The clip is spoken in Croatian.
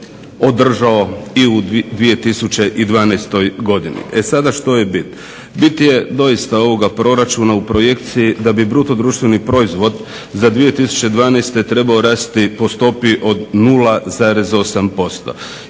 održao i u 2012.godini. E sada što je bit? Bit je doista ovog proračuna u projekciji da bi BDP za 2012.trebao rasti po stopi od 0,8%.